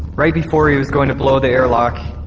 right before he was going to blow the airlock,